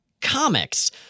comics